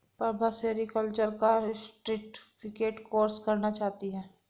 Prabha sericulture का certificate course करना चाहती है